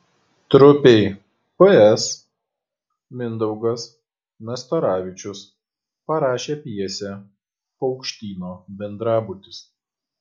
trupei ps mindaugas nastaravičius parašė pjesę paukštyno bendrabutis